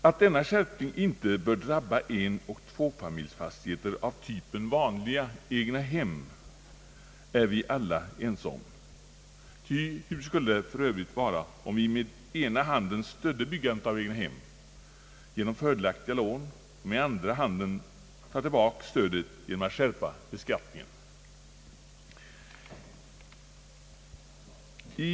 Att denna skärpning inte bör drabba enoch tvåfamiljsfastigheter av typen vanliga egnahem är vi alla ense om — hur skulle det för övrigt vara om vi med ena handen stöder bildandet av egnahem genom fördelaktiga lån och med andra handen tar tillbaka stödet genom att skärpa beskattningen.